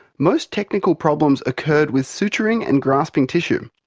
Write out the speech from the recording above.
most technical problems occurred with suturing and grasping tissue.